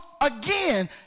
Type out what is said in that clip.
again